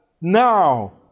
now